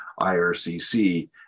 IRCC